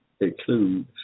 include